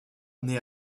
naît